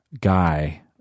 guy